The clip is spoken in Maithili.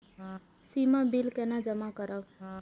सीमा बिल केना जमा करब?